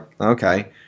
okay